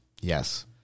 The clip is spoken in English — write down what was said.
Yes